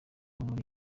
muri